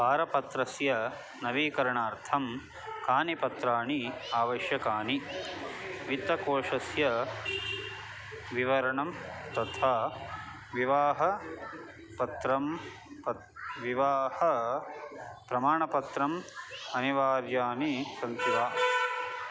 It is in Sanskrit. पारपत्रस्य नवीकरणार्थं कानि पत्राणि आवश्यकानि वित्तकोषस्य विवरणं तथा विवाहपत्रं पत् विवाहप्रमाणपत्रम् अनिवार्यानि सन्ति वा